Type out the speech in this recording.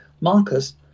Marcus